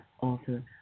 author